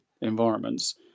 environments